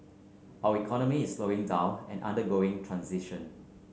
our economy is slowing down and undergoing transition